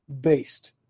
based